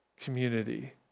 community